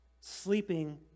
sleeping